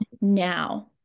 now